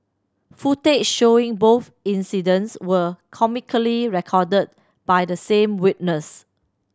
footage showing both incidents were comically recorded by the same witness